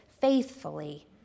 faithfully